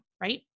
right